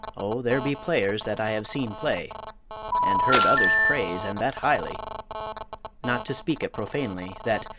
oh, there be players that i have seen play and heard others praise, and that highly not to speak it profanely, that,